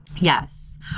Yes